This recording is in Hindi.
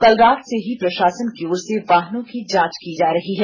कल रात से ही प्रषासन की ओर से वाहनों की जांच की जा रही है